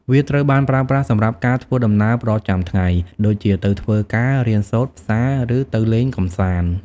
វាត្រូវបានប្រើប្រាស់សម្រាប់ការ ធ្វើដំណើរប្រចាំថ្ងៃ ដូចជាទៅធ្វើការ រៀនសូត្រ ផ្សារ ឬទៅលេងកម្សាន្ត ។